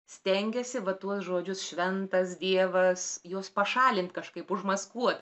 stengiesi va tuos žodžius šventas dievas juos pašalint kažkaip užmaskuot